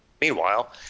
Meanwhile